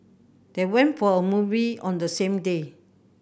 they went for a movie on the same day